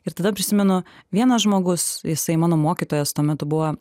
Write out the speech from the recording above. ir tada prisimenu vienas žmogus jisai mano mokytojas tuo metu buvo